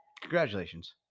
Congratulations